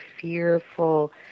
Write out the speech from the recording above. fearful